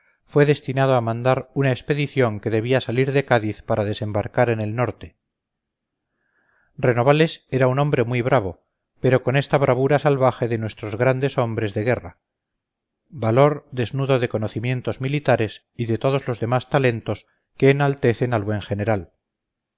fue destinado a mandar una expedición que debía salir de cádiz para desembarcar en el norte renovales era un hombre muy bravo pero con esta bravura salvaje de nuestros grandes hombres de guerra valor desnudo de conocimientos militares y de todos los demás talentos que enaltecen al buen general